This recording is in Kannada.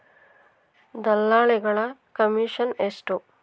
ದಲ್ಲಾಳಿಗಳ ಕಮಿಷನ್ ಎಷ್ಟು?